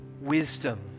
wisdom